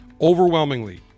Overwhelmingly